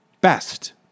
best